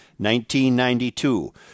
1992